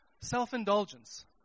Self-indulgence